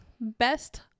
best